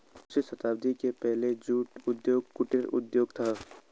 उन्नीसवीं शताब्दी के पहले जूट उद्योग कुटीर उद्योग था